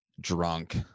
drunk